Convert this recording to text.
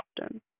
often